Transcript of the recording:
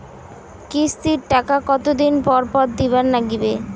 কিস্তির টাকা কতোদিন পর পর দিবার নাগিবে?